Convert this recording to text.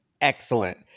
excellent